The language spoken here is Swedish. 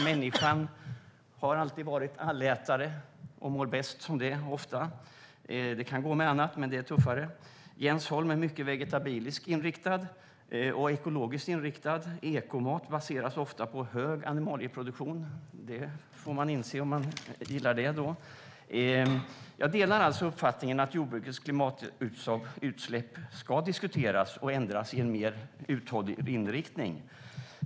Människan har alltid varit allätare och mår oftast bäst av det. Det kan gå med annat, men det är tuffare. Jens Holm är mycket vegetabiliskt och ekologiskt inriktad. Ekomat baseras ofta på hög animalieproduktion; det får man inse om man gillar det. Jag delar uppfattningen att jordbrukets klimatutsläpp ska diskuteras och ändras i en mer uthållig riktning.